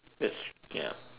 it's ya